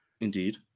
Indeed